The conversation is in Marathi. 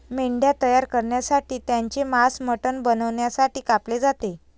मेंढ्या तयार करण्यासाठी त्यांचे मांस मटण बनवण्यासाठी कापले जाते